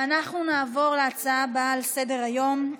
אנחנו נעבור להצעה הבאה על סדר-היום,